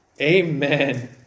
amen